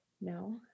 No